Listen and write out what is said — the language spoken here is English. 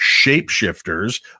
shapeshifters